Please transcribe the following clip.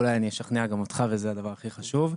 ואולי אני אשכנע גם אותך וזה הדבר הכי חשוב.